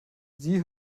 sie